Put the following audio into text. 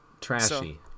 Trashy